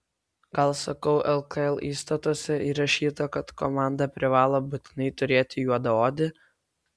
gal sakau lkl įstatuose įrašyta kad komanda privalo būtinai turėti juodaodį